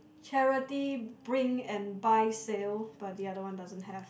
charity bring and buy sale but the other one doesn't have